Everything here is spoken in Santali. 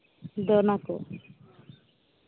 ᱫᱚᱱᱟᱠᱚ